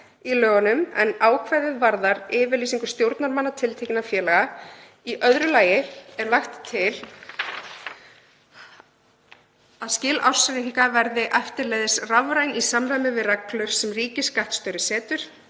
í lögunum, en ákvæðið varðar yfirlýsingu stjórnarmanna tiltekinna félaga. Í öðru lagi er lagt til að skil ársreikninga verði eftirleiðis rafræn í samræmi við reglur sem ríkisskattstjóri setur